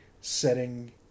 setting